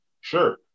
Sure